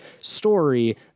story